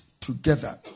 together